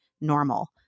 normal